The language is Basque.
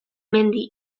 mendi